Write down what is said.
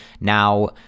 Now